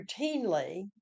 routinely